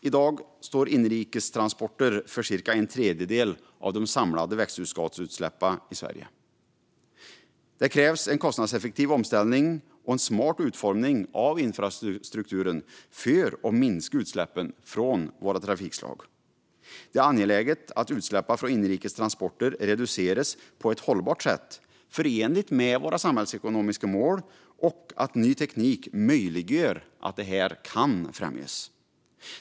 I dag står inrikestransporter för cirka en tredjedel av de samlade växthusgasutsläppen i Sverige. Det krävs en kostnadseffektiv omställning och smart utformning av infrastrukturen för att minska utsläppen från våra trafikslag. Det är angeläget att utsläppen från inrikes transporter reduceras på ett hållbart sätt som är förenligt med våra samhällsekonomiska mål och att ny teknik som möjliggör detta kan främjas.